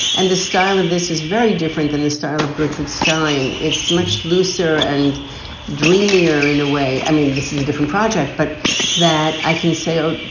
and the style of this is very different than the style of gertrude stein. it's much looser and dreamier in a way. i mean, this is a different project, but that i can say, oh,